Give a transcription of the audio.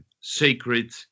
sacred